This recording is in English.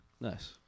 nice